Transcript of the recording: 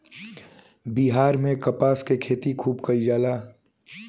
बिहार में कपास के खेती खुब कइल जाला